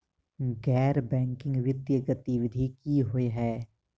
गैर बैंकिंग वित्तीय गतिविधि की होइ है?